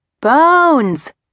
Bones